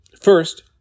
First